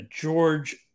George